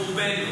כמו רובנו.